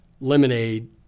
lemonade